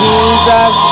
Jesus